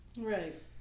Right